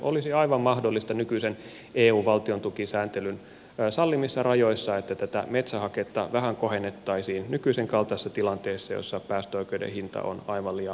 olisi aivan mahdollista nykyisen eu valtiontukisääntelyn sallimissa rajoissa että tätä metsähaketta vähän kohennettaisiin nykyisen kaltaisessa tilanteessa jossa päästöoikeuden hinta on aivan liian alhainen